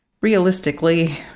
realistically